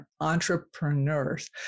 entrepreneurs